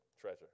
treasure